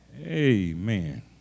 Amen